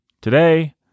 today